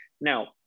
Now